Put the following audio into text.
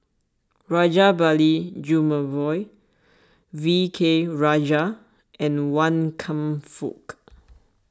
Rajabali Jumabhoy V K Rajah and Wan Kam Fook